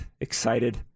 excited